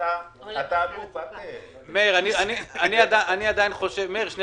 אני עדיין חושב שזה